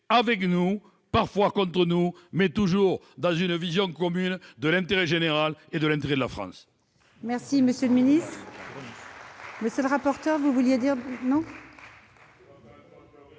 avec nous, parfois contre nous, mais toujours dans une vision commune de l'intérêt général et de l'intérêt de la France.